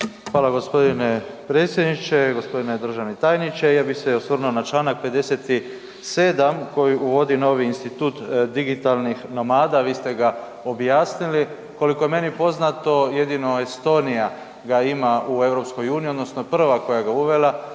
Hvala g. predsjedniče, g. državni tajniče. Ja bih se osvrnuo na čl. 57. koji uvodi novi institut digitalnih nomada, vi ste ga objasnili. Koliko je meni poznato jedino ga Estonija ima u EU odnosno prva koja ga je uvela